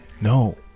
No